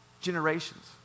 generations